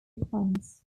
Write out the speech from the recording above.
defence